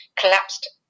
collapsed